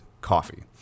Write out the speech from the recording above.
coffee